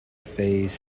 phase